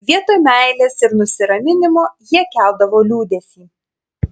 vietoj meilės ir nusiraminimo jie keldavo liūdesį